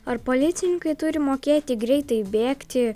ar policininkai turi mokėti greitai bėgti